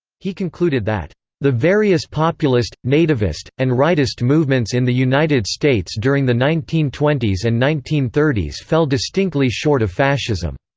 he concluded that the various populist, nativist, and rightist movements in the united states during the nineteen twenty s and nineteen thirty s fell distinctly short of fascism.